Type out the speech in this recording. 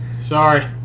Sorry